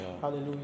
Hallelujah